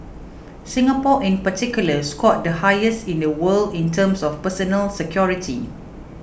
Singapore in particular scored the highest in the world in terms of personal security